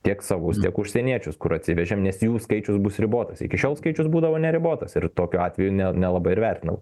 tiek savus tiek užsieniečius kur atsivežėm nes jų skaičius bus ribotas iki šiol skaičius būdavo neribotas ir tokiu atveju ne nelabai ir vertinau